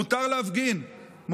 מותר להפגין,